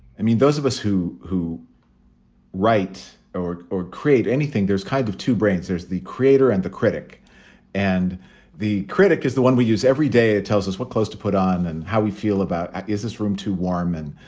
i mean, those of us who who write or or create anything, there's kind of two brains. there's the creator and the critic and the critic is the one we use every day. it tells us what clothes to put on and how we feel about is this room to warm and